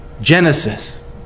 Genesis